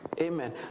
amen